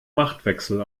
machtwechsel